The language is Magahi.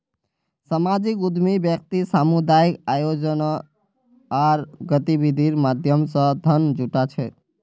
सामाजिक उद्यमी व्यक्ति सामुदायिक आयोजना आर गतिविधिर माध्यम स धन जुटा छेक